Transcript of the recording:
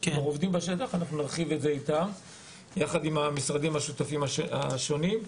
אנחנו נרחיב את זה איתם יחד עם המשרדים השותפים השונים.